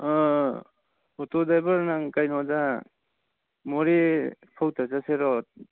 auto driver ꯅꯪ ꯀꯩꯅꯣꯗꯥ ꯃꯣꯔꯦ ꯐꯥꯎꯕꯇ ꯆꯠꯁꯤꯔꯣ